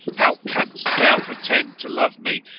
how canst thou pretend to love me,